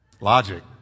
Logic